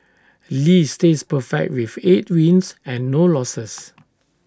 lee stays perfect with eight wins and no losses